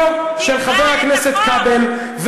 בעידודו של חבר הכנסת כבל,